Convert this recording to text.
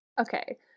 Okay